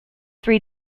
three